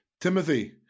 Timothy